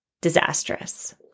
disastrous